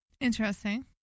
Interesting